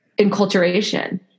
enculturation